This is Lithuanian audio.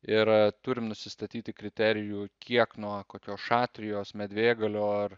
ir turim nusistatyti kriterijų kiek nuo kokios šatrijos medvėgalio ar